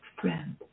friend